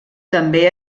també